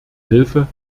hilfe